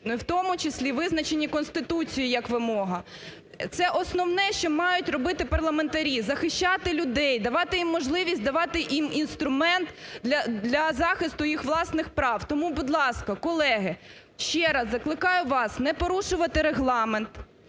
в тому числі визначені Конституцією як вимога. Це основне, що мають робити парламентарі, – захищати людей, давати їм можливість, давати їм інструмент для захисту їх власних прав. Тому, будь ласка, колеги, ще раз закликаю вас не порушувати Регламент,